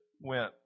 went